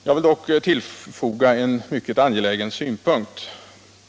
Jag vill dock tillfoga en mycket angelägen synpunkt.